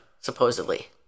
supposedly